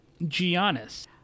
Giannis